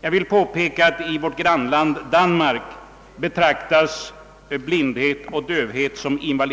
Jag vill i sammanhanget meddela, att man i vårt grannland Danmark betraktar blindhet och dövhet som jämförliga handikapp och som invaliditet när